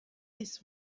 these